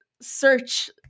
search